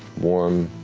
warm,